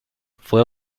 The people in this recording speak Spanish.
fue